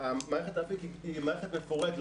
מערכת האפיק היא מערכת מפורטת,